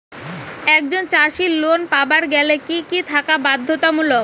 একজন চাষীর লোন পাবার গেলে কি কি থাকা বাধ্যতামূলক?